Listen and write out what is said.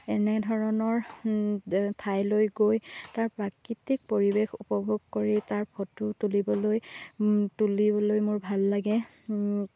এনেধৰণৰ ঠাইলৈ গৈ তাৰ প্ৰাকৃতিক পৰিৱেশ উপভোগ কৰি তাৰ ফটো তুলিবলৈ তুলিবলৈ মোৰ ভাল লাগে